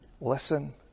listen